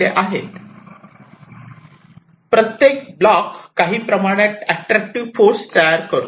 प्रत्येक ब्लॉक काही प्रमाणात ऍट्रक्टिव्ह फोर्स तयार करतो